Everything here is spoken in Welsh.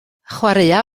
chwaraea